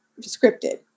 scripted